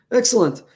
excellent